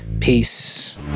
peace